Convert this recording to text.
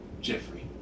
Jeffrey